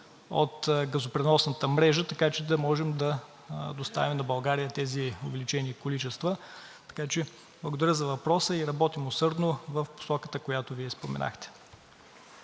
от газопреносната мрежа, за да можем да доставим на България тези увеличени количества. Благодаря за въпроса. Работим усърдно в посоката, в която Вие споменахте.